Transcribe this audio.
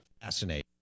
Fascinating